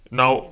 now